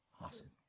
Awesome